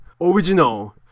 original